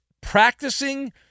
practicing